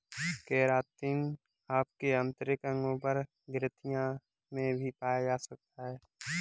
keratin आपके आंतरिक अंगों और ग्रंथियों में भी पाया जा सकता है